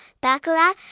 baccarat